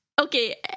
Okay